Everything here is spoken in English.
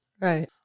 Right